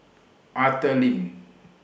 Arthur Lim